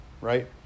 right